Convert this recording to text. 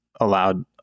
allowed